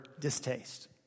distaste